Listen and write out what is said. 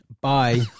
bye